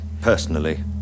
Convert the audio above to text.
Personally